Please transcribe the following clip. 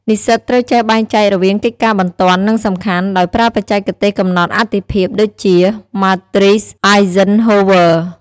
និស្សិតត្រូវចេះបែងចែករវាងកិច្ចការបន្ទាន់និងសំខាន់ ដោយប្រើបច្ចេកទេសកំណត់អាទិភាពដូចជា ម៉ាទ្រីស អាយហ្សិនហូវ័រ (Matrice Eisenhower)។